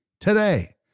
today